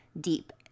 deep